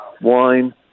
wine